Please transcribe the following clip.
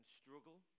struggle